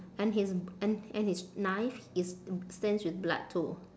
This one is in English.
and his and and his knife is stains with blood too